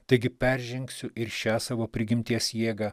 taigi peržengsiu ir šią savo prigimties jėgą